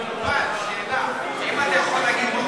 אינה נוכחת יאיר לפיד,